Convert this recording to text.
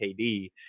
KD